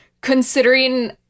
considering